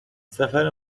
سفر